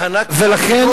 ולכן,